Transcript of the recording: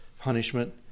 punishment